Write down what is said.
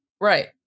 right